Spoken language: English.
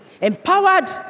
Empowered